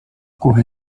kohe